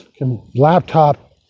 laptop